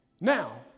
Now